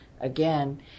again